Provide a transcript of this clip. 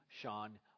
Sean